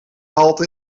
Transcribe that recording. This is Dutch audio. halte